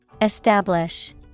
Establish